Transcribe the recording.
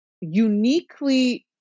uniquely